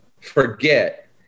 forget